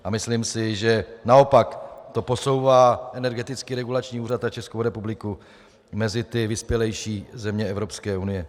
A myslím si, že naopak to posouvá Energetický regulační úřad a Českou republiku mezi vyspělejší země Evropské unie.